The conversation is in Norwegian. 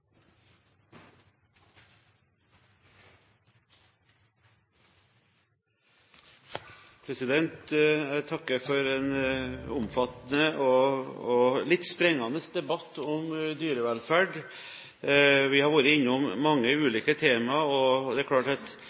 Jeg takker for en omfattende og litt spennende debatt om dyrevelferd. Vi har vært innom mange ulike tema, og det er klart